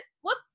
whoops